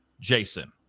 Jason